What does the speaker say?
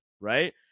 right